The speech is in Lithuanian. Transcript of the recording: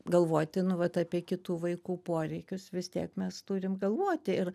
galvoti nu vat apie kitų vaikų poreikius vis tiek mes turim galvoti ir